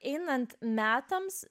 einant metams